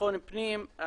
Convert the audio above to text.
ביטחון פנים,